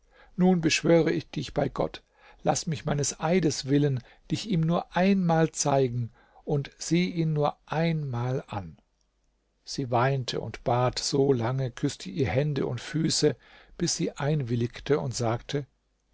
nun beschwöre ich dich bei gott laß mich meines eides willen dich ihm nur einmal zeigen und sieh ihn nur einmal an sie weinte und bat so lange küßte ihr hände und füße bis sie einwilligte und sagte